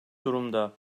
durumda